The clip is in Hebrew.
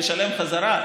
לשלם בחזרה?